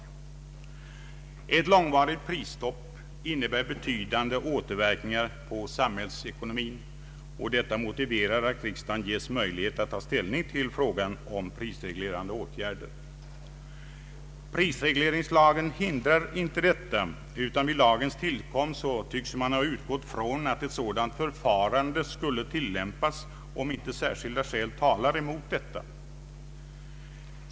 Ett långvarigt prisstopp får betydande återverkningar på samhällsekonomin, och detta motiverar att riksdagen ges möjlighet att ta ställning till frågan om prisreglerande åtgärder. Prisregleringslagen hindrar inte detta, utan vid lagens tillkomst tycks man ha utgått från att sådant förfarande skulle tillämpas, om inte särskilda skäl talar emot detta.